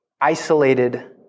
isolated